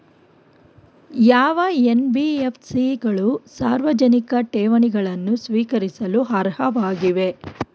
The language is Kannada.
ಯಾವ ಎನ್.ಬಿ.ಎಫ್.ಸಿ ಗಳು ಸಾರ್ವಜನಿಕ ಠೇವಣಿಗಳನ್ನು ಸ್ವೀಕರಿಸಲು ಅರ್ಹವಾಗಿವೆ?